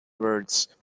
words